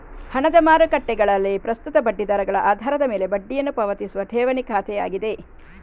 ಹಣದ ಮಾರುಕಟ್ಟೆಗಳಲ್ಲಿ ಪ್ರಸ್ತುತ ಬಡ್ಡಿ ದರಗಳ ಆಧಾರದ ಮೇಲೆ ಬಡ್ಡಿಯನ್ನು ಪಾವತಿಸುವ ಠೇವಣಿ ಖಾತೆಯಾಗಿದೆ